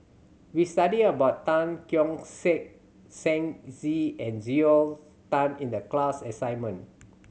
we studied about Tan Keong Saik Shen Xi and Joel Tan in the class assignment